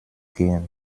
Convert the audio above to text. gehen